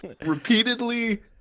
repeatedly